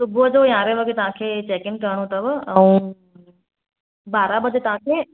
सुबुह जो यारहें वगे तव्हांखे चैकइन करणो अथव ऐं ॿारह बजे तव्हांखे